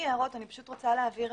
בבקשה.